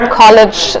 college